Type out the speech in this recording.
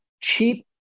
cheap